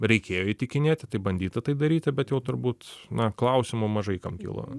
reikėjo įtikinėti tai bandyta tai daryti bet jau turbūt na klausimų mažai kam kilo